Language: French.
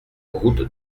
route